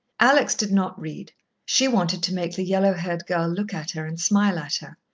alex did not read she wanted to make the yellow-haired girl look at her and smile at her.